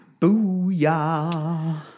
Booyah